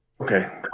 Okay